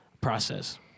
process